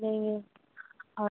लेंगे और